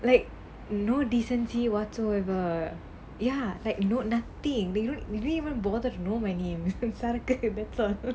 like no decency whatsoever ya like no nothing they don't they didn't even bother to know my name சரக்கு:saraku that's all